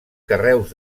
carreus